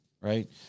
Right